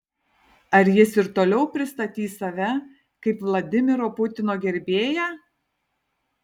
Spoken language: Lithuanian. ar jis ir toliau pristatys save kaip vladimiro putino gerbėją